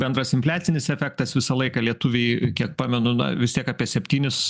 bendras infliacinis efektas visą laiką lietuviai kiek pamenu na vis tiek apie septynis